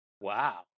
Wow